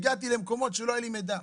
הגעתי למקומות שלא היה לי מידע.